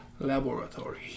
laboratory